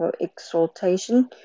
exaltation